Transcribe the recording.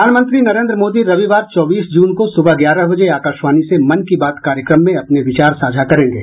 प्रधानमंत्री नरेन्द्र मोदी रविवार चौबीस जून को सुबह ग्यारह बजे आकाशवाणी से मन की बात कार्यक्रम में अपने विचार साझा करेंगे